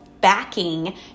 backing